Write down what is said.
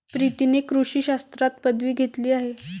प्रीतीने कृषी शास्त्रात पदवी घेतली आहे